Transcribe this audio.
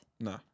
No